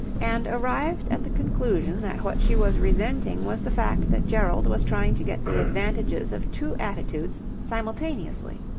and arrived at the conclusion that what she was resenting was the fact that gerald was trying to get the advantages of two attitudes simultaneously.